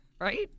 Right